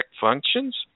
functions